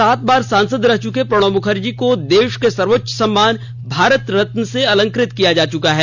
सात बार सांसद रह चुके प्रणब मुखर्जी को देश के सर्वोच्च सम्मान भारत रत्न से अलंकृत किया जा चुका है